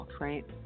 right